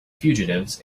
fugitives